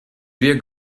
век